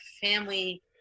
family